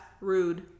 rude